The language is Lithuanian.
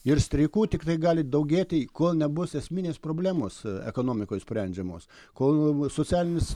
ir streikų tiktai gali daugėti kol nebus esminės problemos ekonomikoj sprendžiamos kol socialinis